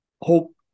hope